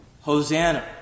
Hosanna